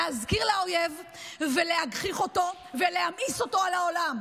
להזכיר לאויב ולהגחיך אותו ולהמאיס אותו על העולם.